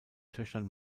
töchtern